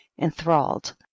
enthralled